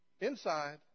Inside